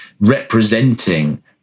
representing